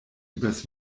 übers